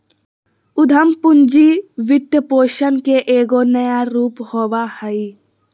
उद्यम पूंजी वित्तपोषण के एगो नया रूप होबा हइ